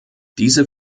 diese